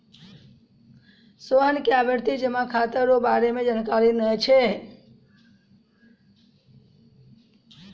सोहन के आवर्ती जमा खाता रो बारे मे जानकारी नै छै